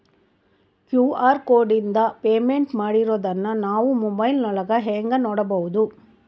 QR ಕೋಡಿಂದ payment ಮಾಡಿರೋದನ್ನ ನಾವು ಮೊಬೈಲಿನೊಳಗ ಹೆಂಗ ನೋಡಬಹುದು?